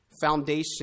foundation